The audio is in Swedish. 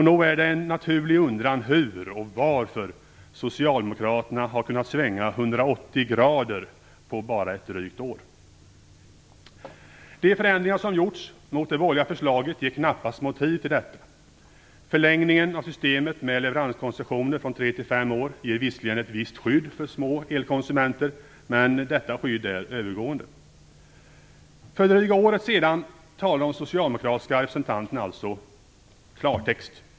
Nog är det en naturlig undran hur och varför Socialdemokraterna har kunnat svänga 180 grader på bara ett drygt år. De förändringar som gjorts mot det borgerliga förslaget ger knappast motiv för detta. Förlängningen av systemet med leveranskoncessioner från tre till fem år ger visserligen ett visst skydd för små elkonsumenter. Men detta skydd är övergående. För dryga året sedan talade de socialdemokratiska representanterna klartext.